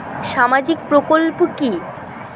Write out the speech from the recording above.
সামাজিক প্রকল্প কি?